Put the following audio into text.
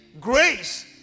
grace